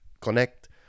connect